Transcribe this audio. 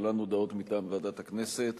להלן הודעות מטעם ועדת הכנסת.